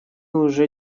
уже